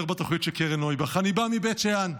אומר בתוכנית של קרן נויבך: אני בא מבית שאן.